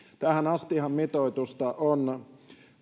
tähän astihan mitoitusta on